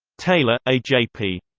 taylor, a j p.